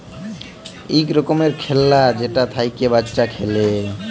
ইক রকমের খেল্লা যেটা থ্যাইকে বাচ্চা খেলে